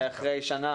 אחרי מעל שנה